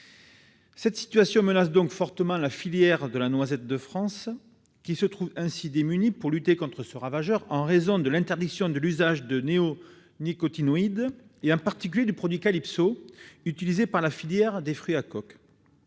Cette situation menace fortement la filière de la noisette de France, qui se trouve démunie pour lutter contre ce ravageur en raison de l'interdiction de l'usage des néonicotinoïdes et en particulier du produit Calypso, utilisé par la filière des fruits à coque.